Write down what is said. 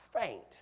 faint